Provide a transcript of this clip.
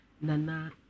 Nana